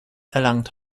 erlangt